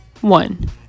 One